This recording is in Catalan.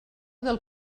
del